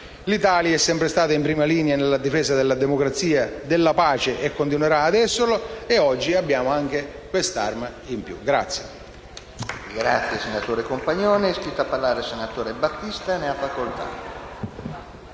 L'Italia è sempre stata in prima linea nella difesa della democrazia e della pace e continuerà ad esserlo. Da oggi, abbiamo anche quest'arma in più.